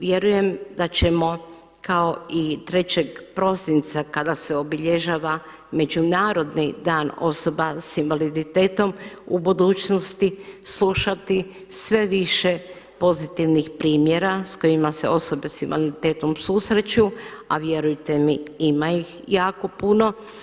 Vjerujem da ćemo kao i 3. prosinca kada se obilježava Međunarodni dan osoba s invaliditetom u budućnosti slušati sve više pozitivnih primjera s kojima se osobe s invaliditetom susreću, a vjerujte mi ima ih jako puno.